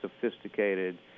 sophisticated